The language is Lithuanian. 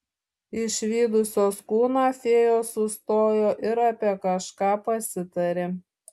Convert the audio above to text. išvydusios kūną fėjos sustojo ir apie kažką pasitarė